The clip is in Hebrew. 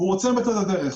והוא עוצר בצד הדרך.